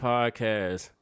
Podcast